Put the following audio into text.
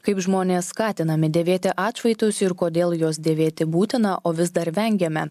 kaip žmonės skatinami dėvėti atšvaitus ir kodėl juos dėvėti būtina o vis dar vengiame